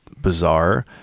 bizarre